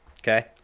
Okay